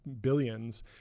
billions